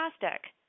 fantastic